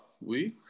oui